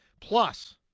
Plus